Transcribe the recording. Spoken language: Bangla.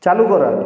চালু করা